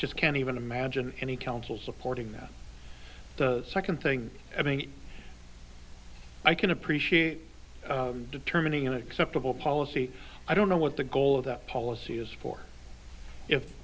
just can't even imagine any council supporting that second thing i mean i can appreciate determining an acceptable policy i don't know what the goal of that policy is for if